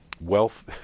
wealth